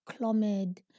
Clomid